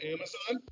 Amazon